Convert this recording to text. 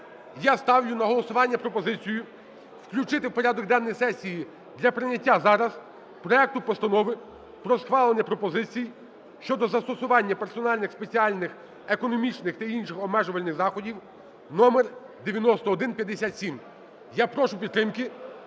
Я ставлю на голосування пропозицію включити у порядок денний сесії для прийняття зараз проекту Постанови про схвалення пропозицій щодо застосування персональних спеціальних економічних та інших обмежувальних заходів (№9157). Я прошу підтримки,